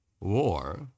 war